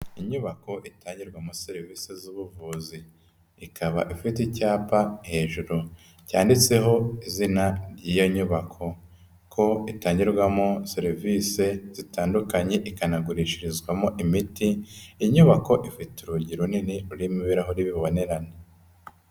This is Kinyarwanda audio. Inyubako itangirwamo serivisi z'ubuvuzi, ikaba ifite icyapa hejuru cyanditseho izina iyo nyubako ko itangirwamo serivisi zitandukanye, ikanagurishirizwamo imiti, inyubako ifite urugi runini rurimo ibirahuri bibonerana.